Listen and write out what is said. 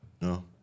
no